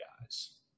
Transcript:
guys